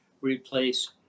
replace